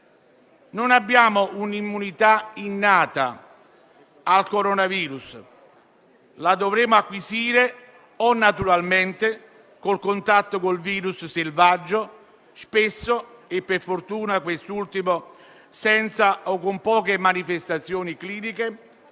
Non abbiamo un'immunità innata al coronavirus; la dovremo acquisire naturalmente, con il contatto con il virus selvaggio (spesso e per fortuna, senza o con poche manifestazioni cliniche),